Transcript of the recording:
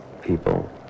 people